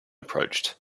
approached